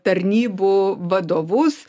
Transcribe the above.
tarnybų vadovus